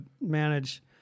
manage